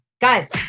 Guys